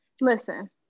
Listen